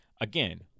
again